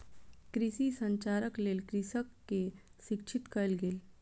कृषि संचारक लेल कृषक के शिक्षित कयल गेल